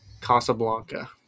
Casablanca